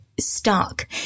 Stuck